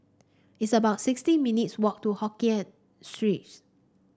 it's about sixty minutes walk to Hokkien Street